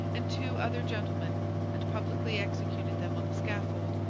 and two other gentlemen and publicly executed them on the scaffold,